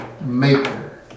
maker